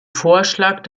vorschlag